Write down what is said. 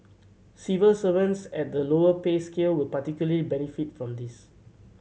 civil servants at the lower pay scale will particularly benefit from this